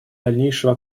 дальнейшего